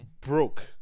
broke